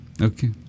Okay